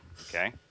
Okay